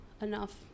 enough